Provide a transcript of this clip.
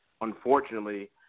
unfortunately